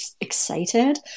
excited